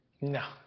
No